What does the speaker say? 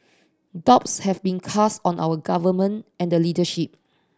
doubts have been cast on our Government and the leadership